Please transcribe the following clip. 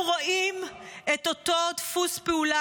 אנו רואים את אותו דפוס פעולה,